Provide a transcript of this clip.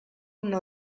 una